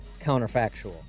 counterfactual